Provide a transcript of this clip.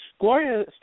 Gloria